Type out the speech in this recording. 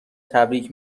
تبریک